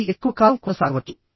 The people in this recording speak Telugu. అవి ఎక్కువ కాలం కొనసాగవచ్చు